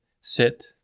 sit